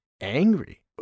angry